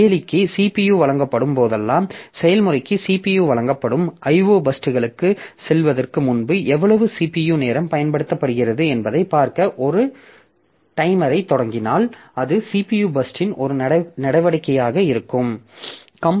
செயலிக்கு CPU வழங்கப்படும் போதெல்லாம் செயல்முறைக்கு CPU வழங்கப்படும் IO பர்ஸ்ட்களுக்குச் செல்வதற்கு முன்பு எவ்வளவு CPU நேரம் பயன்படுத்துகிறது என்பதைப் பார்க்க ஒரு டைமரைத் தொடங்கினால் அது CPU பர்ஸ்ட்ன் ஒரு நடவடிக்கையாக இருக்கலாம்